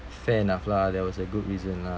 fair enough lah there was a good reason lah